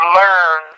learn